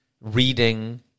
reading